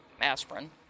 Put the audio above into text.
aspirin